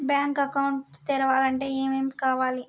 Bank account తెరవాలంటే ఏమేం కావాలి?